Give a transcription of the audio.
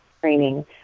training